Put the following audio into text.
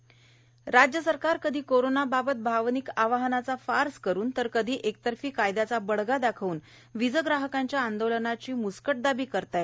चंदशेखर बावनकळे राज्य सरकार कधी कोरोना बाबत आवनिक आवाहनाचा फार्स करून तर कधी एकतर्फी कायद्याचा बडगा दाखवून वीजग्राहकांच्या आंदोलनाची मुस्कटदाबी करत आहे